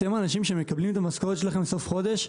אתם האנשים שמקבלים את המשכורת שלכם בסוף החודש,